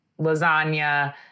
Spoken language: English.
lasagna